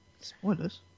Spoilers